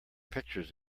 pictures